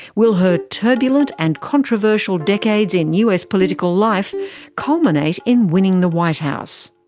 will her turbulent and controversial decades in us political life culminate in winning the white house?